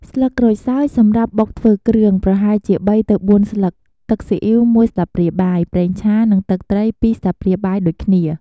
ស្លឹកក្រូចសើច សម្រាប់បុកធ្វើគ្រឿង ប្រហែលជា ៣ទៅ៤ ស្លឹក ទឹកស៊ីអ៉ីវ ១ ស្លាបព្រាបាយ ប្រេងឆា និងទឹកត្រី ២ ស្លាបព្រាបាយដូចគ្នា។